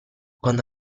quando